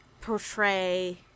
portray